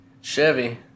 Chevy